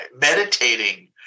meditating